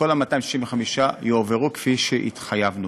כל 265 המיליון יועברו כפי שהתחייבנו.